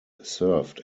served